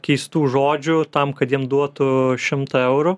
keistų žodžių tam kad jiem duotų šimtą eurų